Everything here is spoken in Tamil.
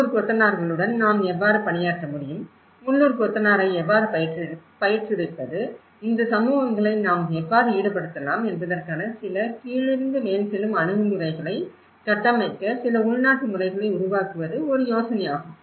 உள்ளூர் கொத்தனார்களுடன் நாம் எவ்வாறு பணியாற்ற முடியும் உள்ளூர் கொத்தனாரை எவ்வாறு பயிற்றுவிப்பது இந்த சமூகங்களை நாம் எவ்வாறு ஈடுபடுத்தலாம் என்பதற்கான சில கீழிருந்து மேல் செல்லும் அணுகுமுறைகளை கட்டமைக்க சில உள்நாட்டு முறைகளை உருவாக்குவது ஒரு யோசனையாகும்